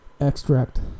extract